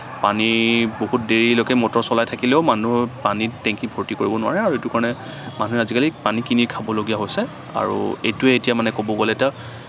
পানী বহুত দেৰিলৈকে মটৰ চলাই থাকিলেও মানুহৰ পানী টেংকী ভৰ্তি কৰিব নোৱাৰে আৰু সেইটো কাৰণে মানুহে আজিকালি পানী কিনি খাবলগীয়া হৈছে আৰু এইটোৱে এতিয়া মানে ক'ব গ'লে এটা